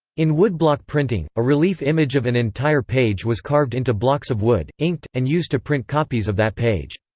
in woodblock printing, a relief image of an entire page was carved into blocks of wood, inked, and used to print copies of that page.